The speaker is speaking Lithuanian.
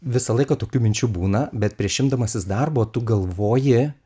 visą laiką tokių minčių būna bet prieš imdamasis darbo tu galvoji